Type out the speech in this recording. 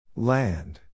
Land